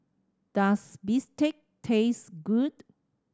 does bistake taste good